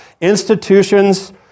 institutions